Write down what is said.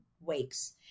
weeks